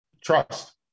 Trust